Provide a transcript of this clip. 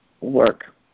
work